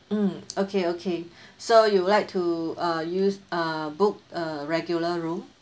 mm okay okay so you would like to uh use uh book a regular room